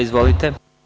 Izvolite.